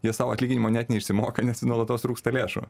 jie savo atlyginimo net neišsimoka nes nuolatos trūksta lėšų